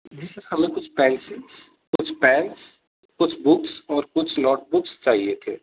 جی sir ہمیں کچھ pencil کچھ پین کچھ بکس اور کچھ نوٹ بکس چاہیے تھے